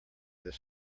this